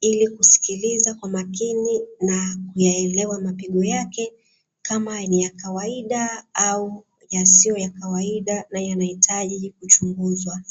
ili kusikiliza kwa makini na kuyaelewa mapigo yake kama ni ya kawaida au yasiyo ya kawaida na yanahitaji kuchunguzwa.